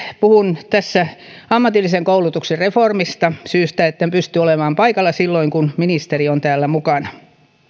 puhun tässä ammatillisen koulutuksen reformista syystä että en pysty olemaan paikalla silloin kun ministeri on täällä mukana